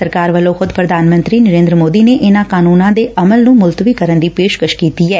ਸਰਕਾਰ ਵੱਲੋ ਖੁਦ ਪੁਧਾਨ ਮੰਤਰੀ ਨਰੇਂਦਰ ਮੋਦੀ ਨੇ ਇਨੂਾਂ ਕਾਨੂੰਨਾਂ ਦੇ ਅਮਲ ਨੂੰ ਮੁਲਤਵੀ ਕਰਨ ਦੀ ਪੇਸ਼ਕਸ਼ ਕੀਤੀ ਐ